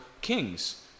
Kings